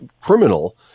criminal